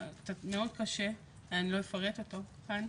מאוד קשה, אני לא אפרט אותו כאן.